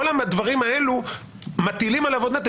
כל הדברים האלו מטילים על עוד נטל,